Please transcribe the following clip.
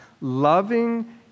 loving